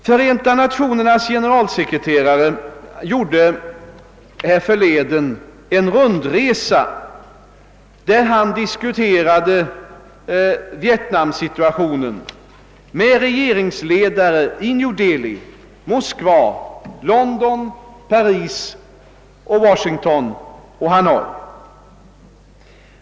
Förenta Nationernas generalsekreterare gjorde för en tid sedan en rundresa, under vilken han diskuterade vietnamsituationen med regeringsledare i New Delhi, Moskva, London, Paris, Washington och Hanoi.